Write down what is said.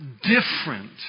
different